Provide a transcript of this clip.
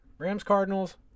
Rams-Cardinals